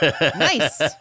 Nice